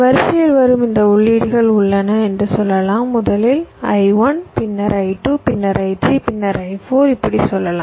வரிசையில் வரும் இந்த உள்ளீடுகள் உள்ளன என்று சொல்லலாம் முதலில் I1 பின்னர் I2 பின்னர் I3 பின்னர் I4 இப்படி சொல்லலாம்